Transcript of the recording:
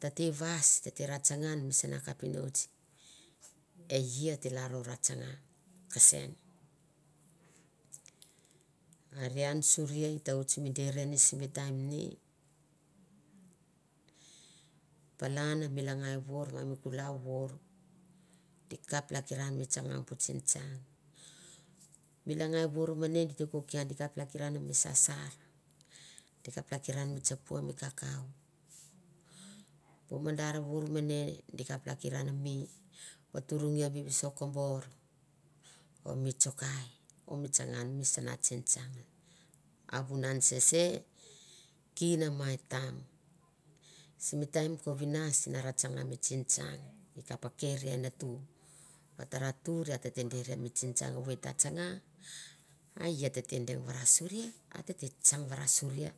Ta te vais, ta te ra tsanga ian misana kapinots e ia a te lalro ra tsanga, kasen are an suri e ta oit na deri simi taim ni, palan mi langai vour ma mi kulau vour di kap hakiran mi sasa, di kap hakiran tsopo mi kakau, bu madar vour mane di kap hakiran mi tsingtsang, a vunan mi tsingtsang i kap keri e natu va tara tuir a tete deri mi tsingtsang evoi ta tsanga a e ia tete deng varasoria a tete tsang varasoroa